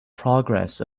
progress